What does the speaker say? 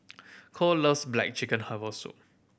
Cole loves black chicken herbal soup